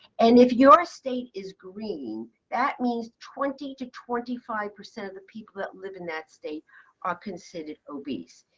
and if your state is green, that means twenty percent to twenty five percent of the people that live in that state are considered obese.